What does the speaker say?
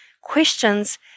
questions